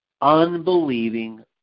unbelieving